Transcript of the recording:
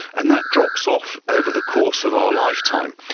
and that drops off over the course of our lifetime.